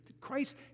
Christ